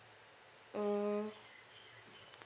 mm